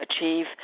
achieve